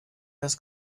das